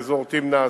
באזור תמנע,